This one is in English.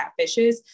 catfishes